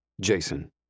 Jason